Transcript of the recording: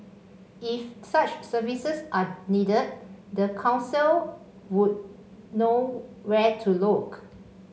if such services are needed the council would know where to look